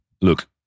Look